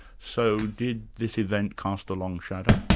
so did this event cast a long shadow?